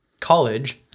college